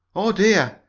oh, dear!